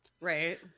Right